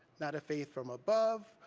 not a faith from above,